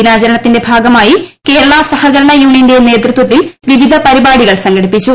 ദിനാചരണത്തിന്റെ ഭാഗമായി കേരള സഹകരണ യൂണീയ്ന്റെ നേതൃത്വത്തിൽ വിവിധ പരിപാടികൾ സംഘടിപ്പിച്ചു